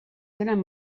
tenen